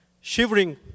shivering